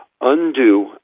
undo